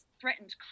threatened